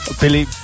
Billy